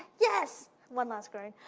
yes, one last groan.